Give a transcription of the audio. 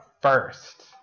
first